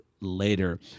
later